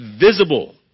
visible